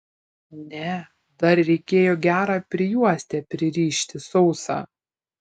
ne dar reikėjo gerą prijuostę pririšti sausą